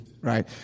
right